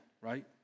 Right